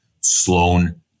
Sloan